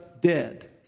dead